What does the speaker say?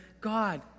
God